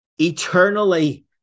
eternally